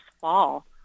fall